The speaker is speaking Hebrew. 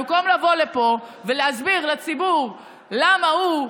במקום לבוא לפה ולהסביר לציבור למה הוא,